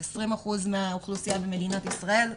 זה 20% מהאוכלוסייה במדינת ישראל,